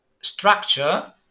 structure